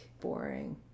boring